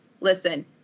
listen